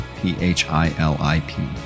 p-h-i-l-i-p